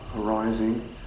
arising